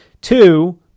two